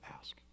ask